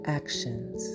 actions